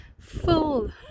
full